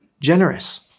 generous